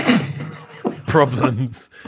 problems